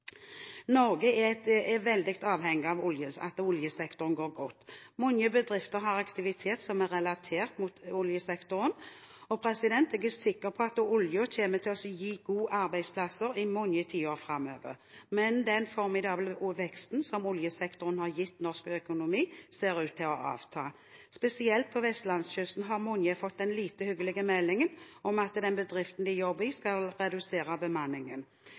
Norge er veldig avhengig av at oljesektoren går godt. Mange bedrifter har aktivitet som er relatert til oljesektoren. Jeg er sikker på at oljen kommer til å gi gode arbeidsplasser i mange tiår framover, men den formidable veksten som oljesektoren har gitt norsk økonomi, ser ut til å avta. Spesielt på vestlandskysten har mange fått den lite hyggelige meldingen om at bedriften de jobber i, skal redusere bemanningen.